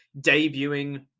debuting